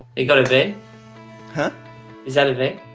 ago today her saturday